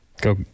Go